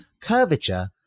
curvature